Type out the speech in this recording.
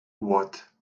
what